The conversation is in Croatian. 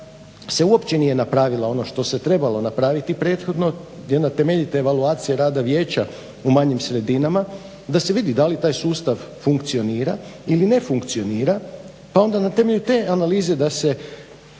se uopće nije napravilo ono što se trebalo napraviti prethodno i onda temeljiti evaluacije rada vijeća u manjim sredinama da se vidi da li taj sustav funkcionira ili ne funkcionira, pa onda na temelju te analize da se